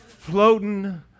Floating